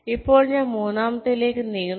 ഇപ്പോൾ ഞങ്ങൾ മൂന്നാമത്തേതിലേക്ക് നീങ്ങുന്നു